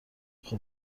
خوب